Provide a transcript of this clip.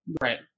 right